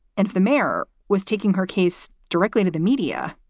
and if the mayor was taking her case directly to the media,